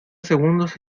segundos